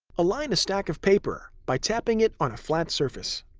align a stack of paper by tapping it on a flat surface.